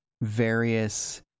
various